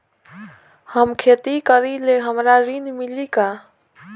हम खेती करीले हमरा ऋण मिली का?